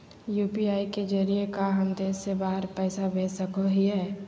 UPI के जरिए का हम देश से बाहर पैसा भेज सको हियय?